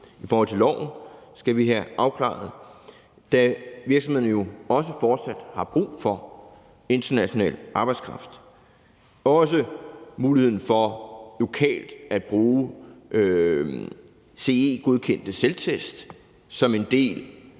i forhold til loven, vi skal have afklaret, da virksomhederne jo fortsat også har brug for international arbejdskraft, ligesom vi skal have afklaret muligheden for lokalt at bruge CE-godkendte selvtest som en del